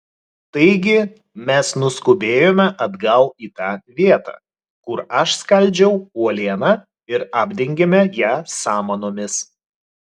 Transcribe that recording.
taigi mes nuskubėjome atgal į tą vietą kur aš skaldžiau uolieną ir apdengėme ją samanomis